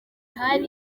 hari